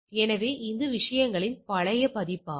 எனவே இது விஷயங்களின் பழைய பதிப்பாகும்